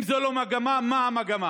אם זו לא מגמה, מה המגמה?